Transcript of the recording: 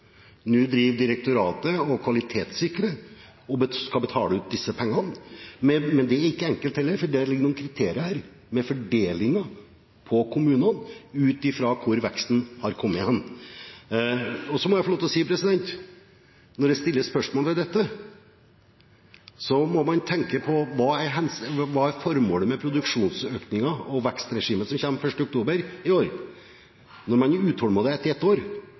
Nå driver direktoratet og kvalitetssikrer og skal betale ut disse pengene. Men det er heller ikke enkelt, for det ligger noen kriterier her som gjelder fordelingen til kommunene, ut fra hvor veksten har kommet. Så må jeg få lov til å si at når det stilles spørsmål ved dette, må man tenke på hva som er formålet med produksjonsøkningen og vekstregimet som kommer 1. oktober i år – når man er utålmodig etter ett år.